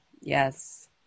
yes